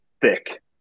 thick